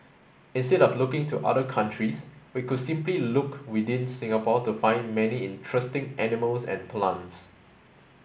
instead of looking to other countries we could simply look within Singapore to find many interesting animals and plants